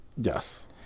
Yes